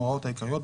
ההוראות העיקריות),